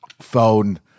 phone